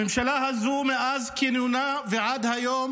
הממשלה הזו, מאז כינונה ועד היום